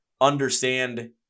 understand